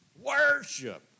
Worship